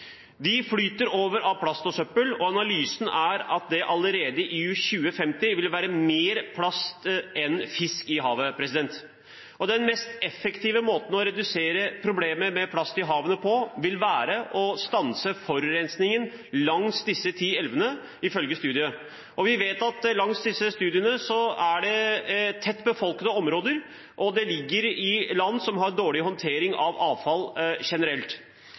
De flyter over av plast og søppel, og analysen er at det allerede i 2050 vil være mer plast enn fisk i havet. Den mest effektive måten å redusere problemet med plast i havene på vil være å stanse forurensningen langs disse ti elvene, ifølge studien. Vi vet at langs disse elvene er det tett befolkede områder, og de ligger i land som har dårlig håndtering av avfall generelt.